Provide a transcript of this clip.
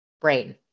brain